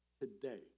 today